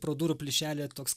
pro durų plyšelyje toks